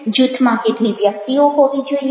જૂથમાં કેટલી વ્યક્તિઓ હોવી જોઈએ